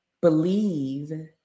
believe